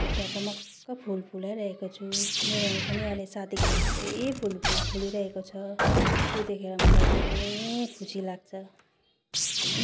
ढकमक्क फुल फुलाइ रहेको छु मेरो पनि अहिले साथीको जस्तै फुल फुलिरहेको छ त्यो देखेर मलाई एकदम खुसी लाग्छ